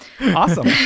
awesome